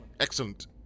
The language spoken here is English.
Excellent